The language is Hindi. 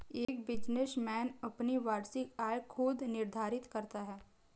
एक बिजनेसमैन अपनी वार्षिक आय खुद निर्धारित करता है